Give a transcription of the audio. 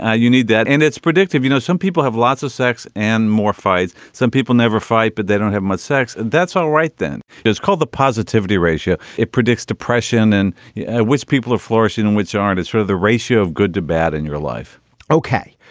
ah you need that. and it's predictive. you know, some people have lots of sex and more fights. some people never fight, but they don't have much sex. that's all right, then. it's called the positivity ratio. it predicts depression in and yeah which people are flourishing and which aren't is sort of the ratio of good to bad in your life okay.